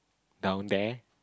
down there